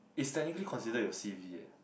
is technically considered your c_v eh